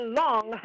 long